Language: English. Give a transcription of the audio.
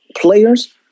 players